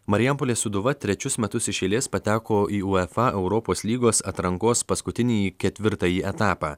marijampolės sūduva trečius metus iš eilės pateko į uefa europos lygos atrankos paskutinįjį ketvirtąjį etapą